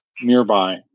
nearby